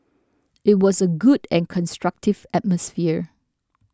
it was a good and constructive atmosphere